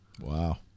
Wow